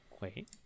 Wait